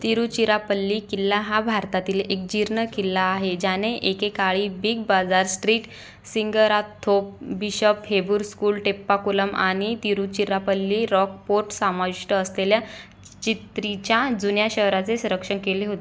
तिरुचिरापल्ली किल्ला हा भारतातील एक जीर्ण किल्ला आहे ज्याने एके काळी big Bazaar street Singarathope bishop Heber school Teppakulam आणि तिरुचिरापल्ली रॉक फोर्ट समाविष्ट असलेल्या त्रिचीच्या जुन्या शहराचे संरक्षण केले होत